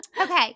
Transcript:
Okay